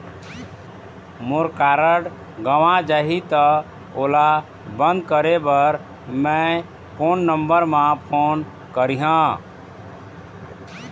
मोर card गंवा जाही त ओला बंद करें बर मैं कोन नंबर म फोन करिह?